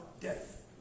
death